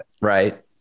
Right